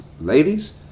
Ladies